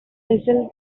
vessel